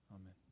Amen